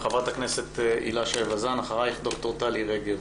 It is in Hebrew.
חברת הכנסת הילה שי וזאן, ואחרייך ד"ר טלי רגב.